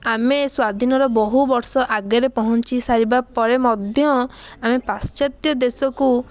ଆମେ ସ୍ୱାଧୀନର ବହୁ ବର୍ଷ ଆଗରେ ପହଞ୍ଚି ସାରିବା ପରେ ମଧ୍ୟ ଆମେ ପାଶ୍ଚାତ୍ୟ ଦେଶକୁ